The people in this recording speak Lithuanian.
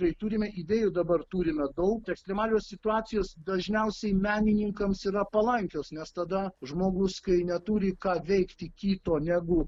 tai turime idėjų dabar turime daug ekstremalios situacijos dažniausiai menininkams yra palankios nes tada žmogus kai neturi ką veikti kito negu